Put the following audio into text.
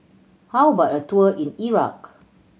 how about a tour in Iraq